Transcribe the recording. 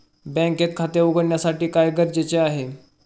बँकेत खाते उघडण्यासाठी काय गरजेचे आहे?